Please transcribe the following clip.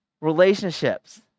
relationships